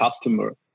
customer